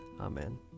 Amen